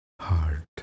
heart